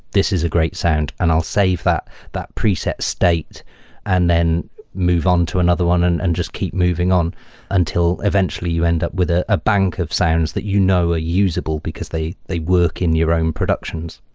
this is a great sound, and i'll save that that preset state and then move on to another one and and just keep moving on until eventually you end up with ah a bank of sounds that you know are usable because they they work in your own productions.